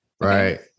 right